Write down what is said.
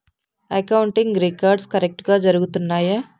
accounting records కరెక్టుగా జరుగుతున్నాయా